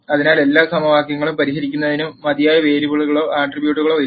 അതിനാൽ എല്ലാ സമവാക്യങ്ങളും പരിഹരിക്കുന്നതിന് മതിയായ വേരിയബിളുകളോ ആട്രിബ്യൂട്ടുകളോ ഇല്ല